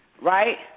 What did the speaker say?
right